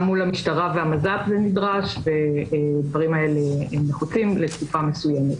גם מול המשטרה ומז"פ זה נדרש והדברים האלה נחוצים לתקופה מסוימת.